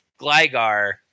Gligar